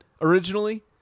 originally